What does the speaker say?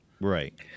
Right